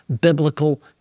biblical